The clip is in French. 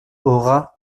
aura